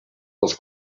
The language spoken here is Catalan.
els